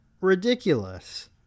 ridiculous